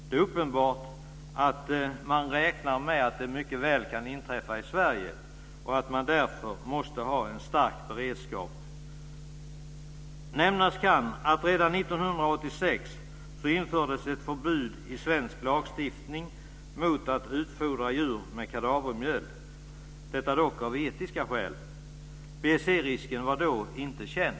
Det är uppenbart att man räknar med att det mycket väl kan inträffa i Sverige och att man därför måste ha en stark beredskap. Nämnas kan att redan 1986 infördes ett förbud i svensk lagstiftning mot att utfodra djur med kadavermjöl, detta dock av etiska skäl. BSE-risken var då inte känd.